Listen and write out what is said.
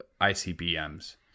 ICBMs